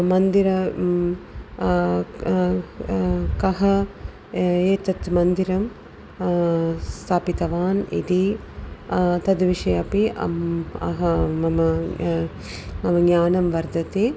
मन्दिरं कः एतत् मन्दिरं स्थापितवान् इति तद् विषये अपि अह मम मम ज्ञानं वर्धते